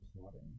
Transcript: plotting